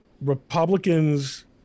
Republicans